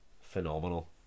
phenomenal